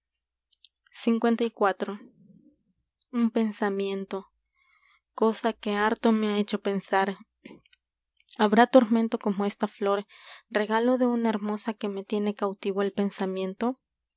n pensamiento cosa harto me que ha hecho una pensar habrá tormento como esta flor regaló de liermosa que me tiene cautivo el pensamiento